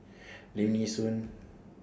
Lim Nee Soon